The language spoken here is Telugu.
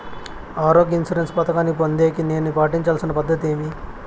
ఆరోగ్య ఇన్సూరెన్సు పథకాన్ని పొందేకి నేను పాటించాల్సిన పద్ధతి ఏమి?